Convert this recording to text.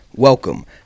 Welcome